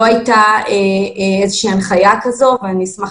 לא הייתה איזושהי הנחיה כזאת ואני אשמח